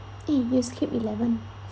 eh you've skipped eleven